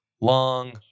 long